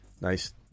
Nice